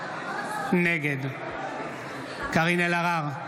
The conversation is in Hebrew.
נגד קארין אלהרר,